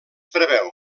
preveu